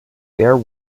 there